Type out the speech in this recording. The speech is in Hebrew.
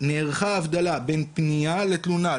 נערכה הבדלה בין פנייה לתלונה.